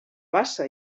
bassa